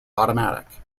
automatic